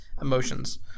emotions